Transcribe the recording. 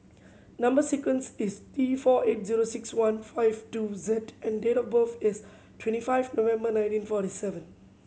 number sequence is T four eight zero six one five two Z and date of birth is twenty five November nineteen forty seven